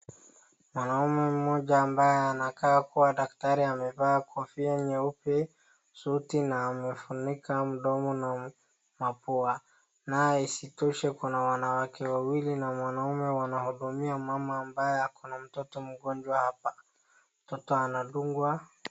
Mwanaume mmoja ambaye anakaa kuwa daktari amevaa kofia nyeupe, suti na amefunika mdomo na mapua. Na isitoshe kuna wanawake wawili na mwanaume wanahudumia mama ambaye ako na mtoto mgonjwa hapa, mtoto anadungwa.